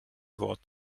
wort